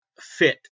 fit